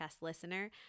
listener